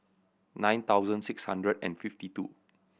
nine thousand six hundred and fifty two